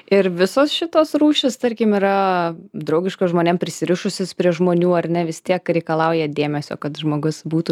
ir visos šitos rūšys tarkim yra draugiškos žmonėm prisirišusios prie žmonių ar ne vis tiek reikalauja dėmesio kad žmogus būtų